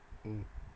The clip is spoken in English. mm